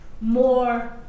more